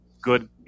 good